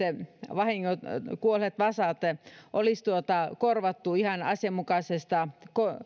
vahingot kuolleet vasat olisi korvattu ihan asianmukaisesta